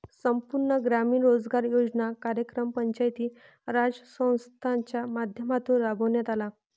संपूर्ण ग्रामीण रोजगार योजना कार्यक्रम पंचायती राज संस्थांच्या माध्यमातून राबविण्यात आला